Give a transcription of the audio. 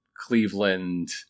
Cleveland